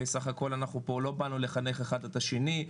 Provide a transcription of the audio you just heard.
וסך הכול אנחנו פה לא באנו לחנך אחד את השני.